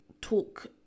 talk